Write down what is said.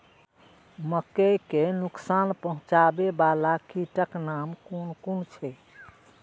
मके के नुकसान पहुँचावे वाला कीटक नाम कुन कुन छै?